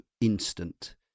instant